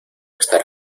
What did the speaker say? esta